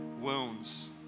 wounds